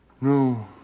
No